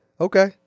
Okay